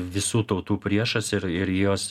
visų tautų priešas ir ir juos